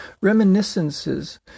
reminiscences